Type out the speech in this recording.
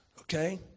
Okay